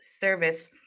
service